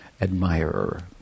admirer